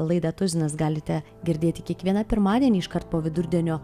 laidą tuzinas galite girdėti kiekvieną pirmadienį iškart po vidurdienio